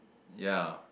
ya